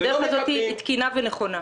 הדרך הזאת היא תקינה ונכונה.